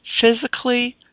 physically